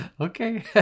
okay